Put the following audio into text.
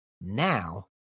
Now